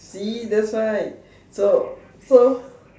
see that's why so so